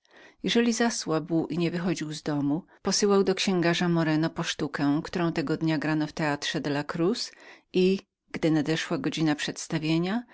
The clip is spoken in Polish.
jeżeli zasłabł i nie wychodził z domu posyłał do księgarza moreno po sztukę którą tego dnia grano w teatrze della cruz i gdy nadeszła godzina